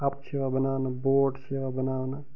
cup چھِ یوان بناونہٕ بوٹ چھِ یوان بناونہٕ